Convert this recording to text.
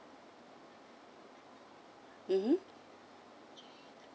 mmhmm